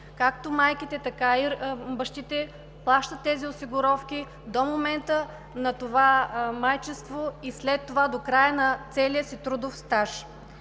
както майките, така и бащите плащат тези осигуровки до момента на това майчинство и след това до края на целия си трудов стаж.